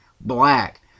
black